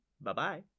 bye-bye